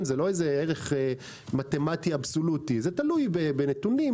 זה לא ערך מתמטי אבסולוטי תלוי בנתונים,